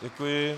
Děkuji.